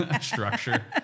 structure